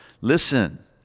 listen